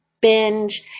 binge